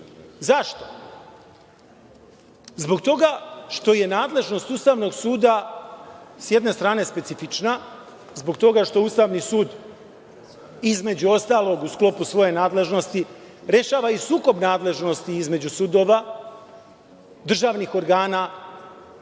Zašto? Zbog toga što je nadležnost Ustavnog suda s jedne strane specifična zbog toga što Ustavni sud, između ostalog, u sklopu svoje nadležnosti rešava i sukob nadležnosti između sudova, državnih organa,